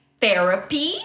therapy